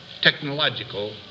technological